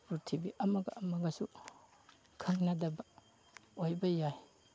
ꯄ꯭ꯔꯤꯊꯤꯕꯤ ꯑꯃꯒ ꯑꯃꯒꯁꯨ ꯈꯪꯅꯗꯕ ꯑꯣꯏꯕ ꯌꯥꯏ